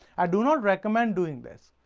i do not recommend doing this.